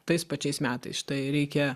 tais pačiais metais štai reikia